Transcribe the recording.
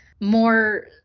more